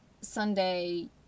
Sunday